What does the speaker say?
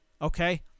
Okay